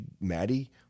Maddie